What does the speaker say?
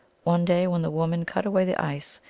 one day when the woman cut away the ice,